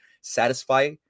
satisfy